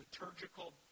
liturgical